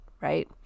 right